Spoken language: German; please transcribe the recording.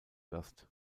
gast